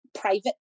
private